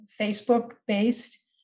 Facebook-based